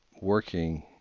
working